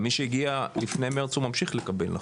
מי שהגיע לפני מרץ ממשיך לקבל,